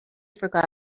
forgot